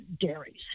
dairies